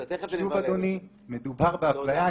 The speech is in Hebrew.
שוב, אדוני, מדובר באפליה.